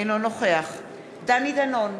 אינו נוכח דני דנון,